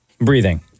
breathing